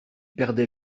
perdait